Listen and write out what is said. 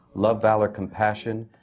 love! valour! compassion!